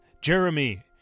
Jeremy